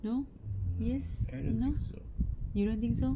no yes no you don't think so